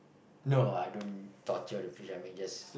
no I don't torture the fish I mean just